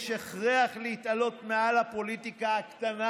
יש הכרח להתעלות מעל לפוליטיקה הקטנה